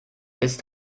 ist